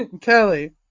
Kelly